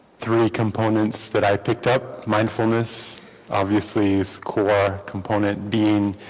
three components that i picked up mindfulness obviously is core component being